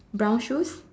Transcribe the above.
brown shoes